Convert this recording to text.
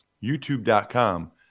YouTube.com